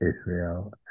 Israel